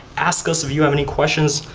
ask us if you have any questions.